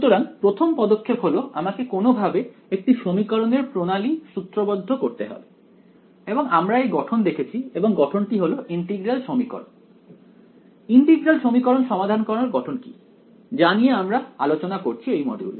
সুতরাং প্রথম পদক্ষেপ হলো আমাকে কোনও ভাবে একটি সমীকরণের প্রণালী সূত্রবদ্ধ করতে হবে এবং আমরা এর গঠন দেখেছি এবং গঠনটি হলো ইন্টিগ্রাল সমীকরণ ইন্টিগ্রাল সমীকরণ সমাধান করার গঠন কি যা নিয়ে আমরা আলোচনা করছি এই মডিউলে